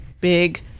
big